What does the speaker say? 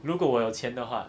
如果我有钱的话